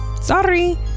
sorry